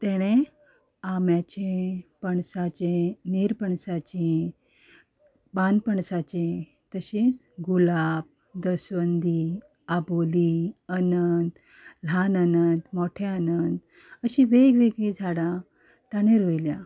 तेणें आंब्याचें पणसाचें नीरपणसाचीं पानपणसाचीं तशींच गुलाब दसणदी आबोलीं अनंत ल्हान अनंत मोठे अनंत अशीं वेग वेगळीं झाडां ताणें रोयल्यां